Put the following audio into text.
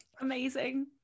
amazing